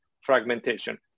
fragmentation